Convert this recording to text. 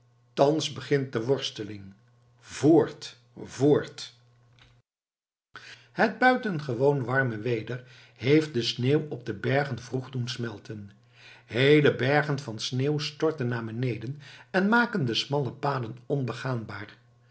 thans begint de worsteling voort voort het buitengewoon warme weder heeft de sneeuw op de bergen vroeg doen smelten heele bergen van sneeuw storten naar beneden en maken de smalle paden onbegaanbaar